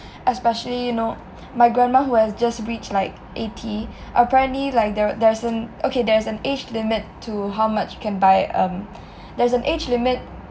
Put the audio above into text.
especially you know my grandma who has just reached like eighty apparently like there there's an okay there is an age limit to how much can buy um there's an age limit